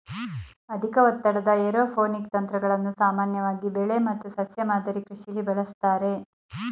ಅಧಿಕ ಒತ್ತಡದ ಏರೋಪೋನಿಕ್ ತಂತ್ರಗಳನ್ನು ಸಾಮಾನ್ಯವಾಗಿ ಬೆಳೆ ಮತ್ತು ಸಸ್ಯ ಮಾದರಿ ಕೃಷಿಲಿ ಬಳಸ್ತಾರೆ